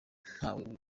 ntawe